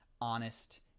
honest